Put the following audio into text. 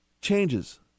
changes